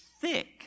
thick